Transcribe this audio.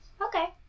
Okay